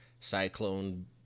Cyclone